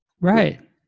Right